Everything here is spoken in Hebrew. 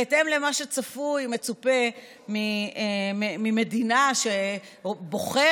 בהתאם למה שצפוי ושמצופה ממדינה שבוחרת